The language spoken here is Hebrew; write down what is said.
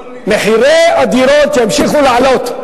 מחירי הדירות ימשיכו לעלות,